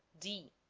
d.